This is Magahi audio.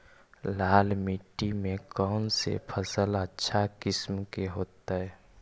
लाल मिट्टी में कौन से फसल अच्छा किस्म के होतै?